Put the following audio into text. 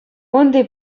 унти